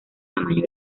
tamaño